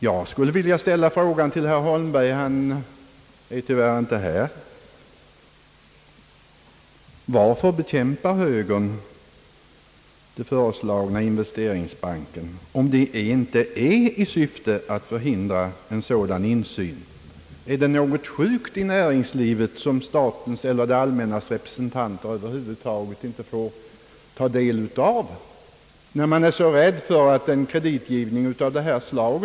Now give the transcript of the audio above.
Jag skulle vilja fråga herr Holmberg — han är tyvärr inte närvarande här: Varför bekämpar högern den föreslagna investeringsbanken, om det inte är i syfte att förhindra en sådan insyn? Är det något sjukt i näringslivet som statens eller det allmännas representanter över huvud taget inte får ta del av, eftersom man här är så rädd för en kreditgivning av detta slag?